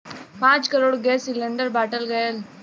पाँच crore gas cylinder बाँटल गएल